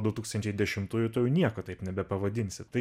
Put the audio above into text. du tūkstančiai dešimtųjų tu jau nieko taip nebepavadinsi tai